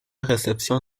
réception